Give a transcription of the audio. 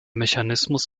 mechanismus